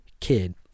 kid